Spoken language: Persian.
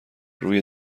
روی